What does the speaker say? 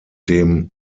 dem